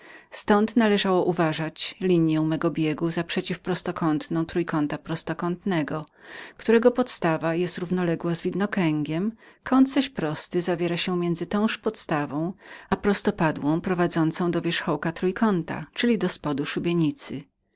ztąd należało uważać linię mego biegu jako hypotenuzę trójkąta prostokątnego którego podstawa równoległa z widokręgiem kąt zaś prosty musiał być zawarty między tąż podstawą a prostopadłą prowadzącą do wierzchołka trójkąta czyli do spodu